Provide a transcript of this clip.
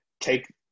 Take